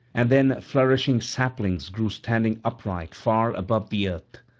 and then flourishing saplings grew standing upright far above the earth.